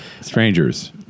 Strangers